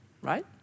right